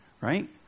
right